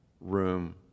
room